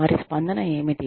వారి స్పందన ఏమిటి